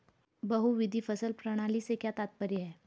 बहुविध फसल प्रणाली से क्या तात्पर्य है?